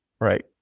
right